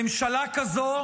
ממשלה כזאת